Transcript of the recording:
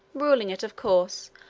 ruling it, of course,